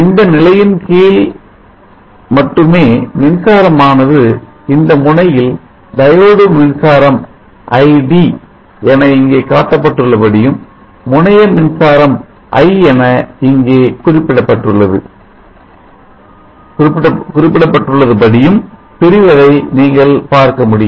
இந்த நிலையின் கீழ் மட்டுமே மின்சாரமானது இந்த முனையில் டையோடு மின்சாரம் id ஐடி என இங்கே காட்டப்பட்டுள்ள படியும் முனைய மின்சாரம் i என இங்கே குறிப்பிடப்பட்டுள்ளது படியும் பிரிவதை நீங்கள் பார்க்க முடியும்